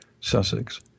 Sussex